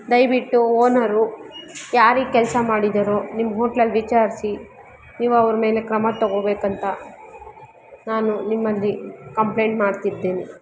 ದಯವಿಟ್ಟು ಓನರು ಯಾರು ಈ ಕೆಲಸ ಮಾಡಿದ್ದಾರೋ ನಿಮ್ಮ ಹೋಟ್ಲಲ್ಲಿ ವಿಚಾರಿಸಿ ನೀವು ಅವ್ರ ಮೇಲೆ ಕ್ರಮ ತಗೋಬೇಕಂತ ನಾನು ನಿಮ್ಮಲ್ಲಿ ಕಂಪ್ಲೇಂಟ್ ಮಾಡ್ತಿದ್ದೇನೆ